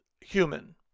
human